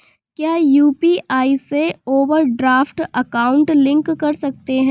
क्या यू.पी.आई से overdraft account link कर सकते हैं?